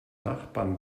nachbarn